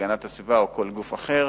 המשרד להגנת הסביבה או כל גוף אחר,